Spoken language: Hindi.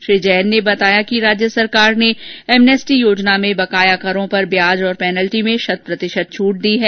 श्री जैन ने बताया कि राज्य सरकार ने एमनेस्टी योजना में बकाया करो पर ब्याज और पेनल्टी में शत प्रतिशत छूट दी है